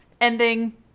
ending